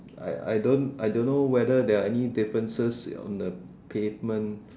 I I don't I don't know whether there are any differences on the pavement